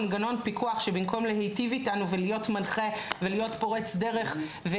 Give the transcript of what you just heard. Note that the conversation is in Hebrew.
מגנון פיקוח שבמקום להיטיב איתנו ולהיות מנחה ולהיות פורץ דרך,